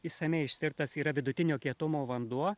išsamiai ištirtas yra vidutinio kietumo vanduo